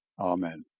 Amen